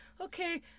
okay